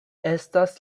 estas